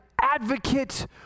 advocate